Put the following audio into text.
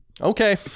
okay